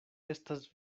estas